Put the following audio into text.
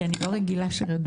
כי אני לא רגילה שרגוע.